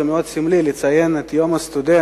זה מאוד סמלי לציין את יום הסטודנט,